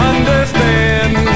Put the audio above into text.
Understand